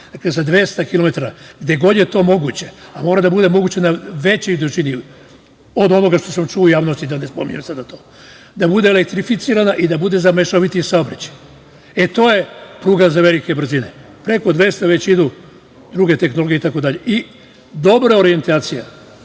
dakle, za 200 kilometara, gde god je to moguće, a mora da bude moguće na većoj dužini od ovoga što sam čuo u javnosti, da ne spominjem sada to, da bude elektrificirana i da bude za mešoviti saobraćaj. E, to je pruga za velike brzine. Preko 200 već idu druge tehnologije itd. I dobra orijentacija,